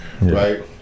right